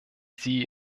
sie